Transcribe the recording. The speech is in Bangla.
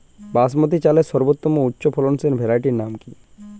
বাসমতী চালের সর্বোত্তম উচ্চ ফলনশীল ভ্যারাইটির নাম কি?